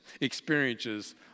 experiences